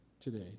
today